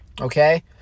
Okay